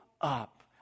up